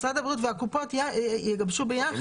משרד הבריאות והקופות יגבשו ביחד.